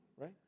right